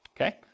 okay